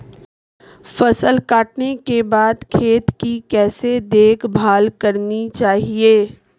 फसल काटने के बाद खेत की कैसे देखभाल करनी चाहिए?